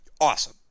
awesome